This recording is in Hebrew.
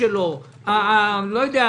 שלו הייתה